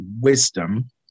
wisdom